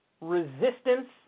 resistance